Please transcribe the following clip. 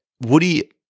Woody